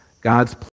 God's